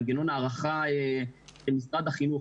מנגנון הערכה של משרד החינוך,